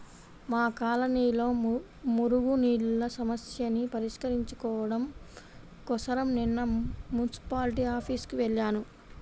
మా కాలనీలో మురుగునీళ్ళ సమస్యని పరిష్కరించుకోడం కోసరం నిన్న మున్సిపాల్టీ ఆఫీసుకి వెళ్లాను